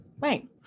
Right